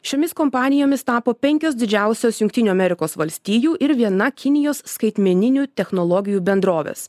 šiomis kompanijomis tapo penkios didžiausios jungtinių amerikos valstijų ir viena kinijos skaitmeninių technologijų bendrovės